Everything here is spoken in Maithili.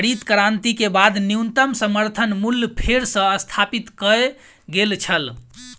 हरित क्रांति के बाद न्यूनतम समर्थन मूल्य फेर सॅ स्थापित कय गेल छल